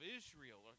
israel